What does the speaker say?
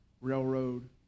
railroad